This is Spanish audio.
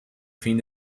fin